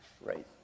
right